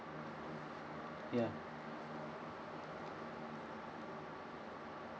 ya